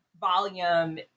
volume